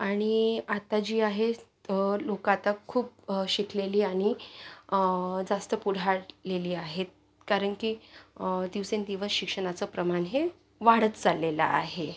आणि आता जी आहे तर लोकं आता खूप शिकलेली आणि जास्त पुढारलेली आहेत कारण की दिवसेंदिवस शिक्षणाचं प्रमाण हे वाढत चाललेलं आहे